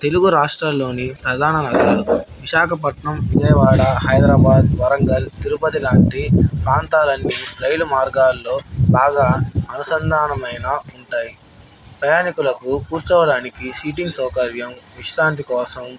తెలుగు రాష్ట్రల్లోని ప్రధాన నగరాలు విశాఖపట్నం విజయవాడ హైదరాబాద్ వరంగల్ తిరుపతి లాంటి ప్రాంతాలన్నీ రైలు మార్గాల్లో బాగా అనుసంధానమైన ఉంటాయి ప్రయాణికులకు కూర్చోవడానికి సీటింగ్ సౌకర్యం విశ్రాంతి కోసం